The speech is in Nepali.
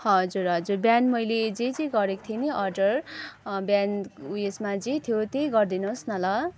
हजुर हजुर बिहान मैले जे जे गरेको थिएँ नि अर्डर बिहान उयसमा जे थियो त्यही गरिदिनुहोस् न ल